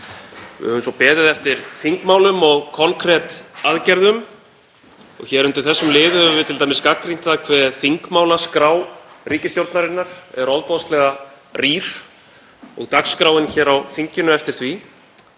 Við höfum svo beðið eftir þingmálum og konkret aðgerðum. Hér undir þessum lið höfum við t.d. gagnrýnt það hve þingmálaskrá ríkisstjórnarinnar er ofboðslega rýr og dagskráin hér á þinginu eftir því.